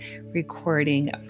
recording